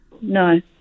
No